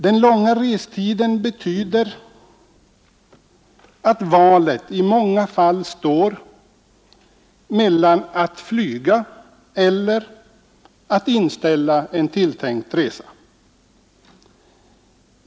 Den långa restiden betyder att valet i många fall står mellan att flyga och att inställa en tilltänkt resa.